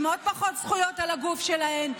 עם עוד פחות זכויות על הגוף שלהן.